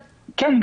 כן.